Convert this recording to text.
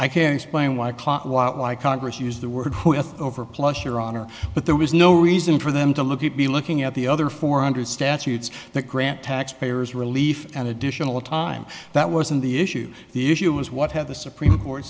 i can explain why clock watt like congress used the word over plus your honor but there was no reason for them to look at me looking at the other four hundred statutes that grant taxpayers relief and additional time that wasn't the issue the issue is what have the supreme court